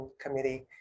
Committee